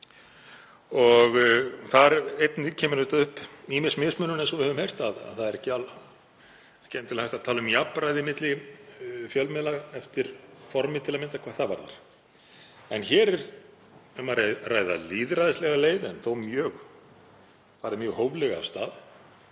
kemur einnig upp ýmis mismunun, eins og við höfum heyrt, það er ekki val, ekki endilega hægt að tala um jafnræði milli fjölmiðla eftir formi til að mynda hvað það varðar, en hér er um að ræða lýðræðislega leið, en þó farið mjög hóflega af stað,